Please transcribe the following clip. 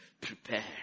Prepare